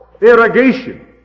irrigation